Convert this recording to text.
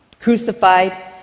crucified